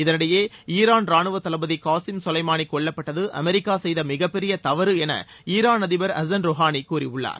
இதனிடையே ஈரான் ராணுவ தளபதி க்வாசிம் சொலைமானி கொல்லப்பட்டது அமெரிக்கா செய்த மிகப்பெரிய தவறு என ஈரான் அதிபர் அஸன் ருஹானி கூறியுள்ளார்